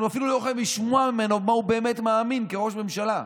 אנחנו אפילו לא יכולים לשמוע ממנו במה הוא באמת מאמין כראש ממשלה,